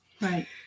Right